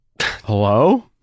Hello